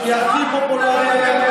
כי הכי פופולרי היה,